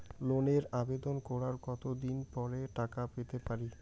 লোনের আবেদন করার কত দিন পরে টাকা পেতে পারি?